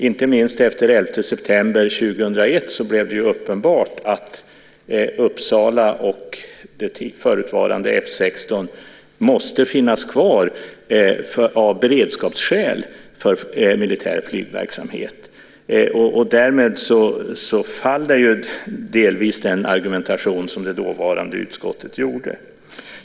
Inte minst efter den 11 september 2001 blev det uppenbart att Uppsala och det förutvarande F 16 måste finnas kvar av beredskapsskäl för militär flygverksamhet. Därmed faller delvis den argumentation som det dåvarande utskottet gjorde.